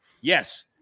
Yes